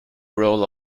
roll